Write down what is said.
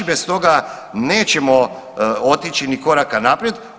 Bez toga nećemo otići ni koraka naprijed.